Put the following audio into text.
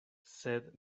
sed